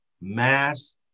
mass